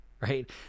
right